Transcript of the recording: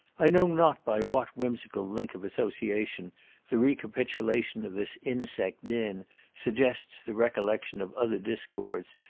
i know not by what whimsical link of association the recapitulation of this insect din suggests the recollection of other discords,